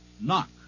Knock